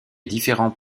différents